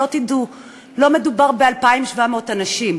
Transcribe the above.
שלא תטעו: לא מדובר ב-2,700 אנשים.